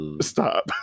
stop